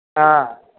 ꯑꯥ